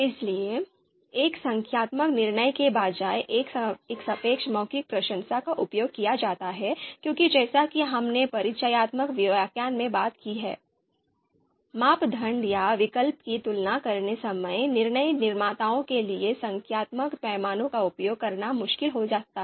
इसलिए एक संख्यात्मक निर्णय के बजाय एक सापेक्ष मौखिक प्रशंसा का उपयोग किया जाता है क्योंकि जैसा कि हमने परिचयात्मक व्याख्यान में बात की है मापदंड या विकल्प की तुलना करते समय निर्णय निर्माताओं के लिए संख्यात्मक पैमाने का उपयोग करना मुश्किल हो सकता है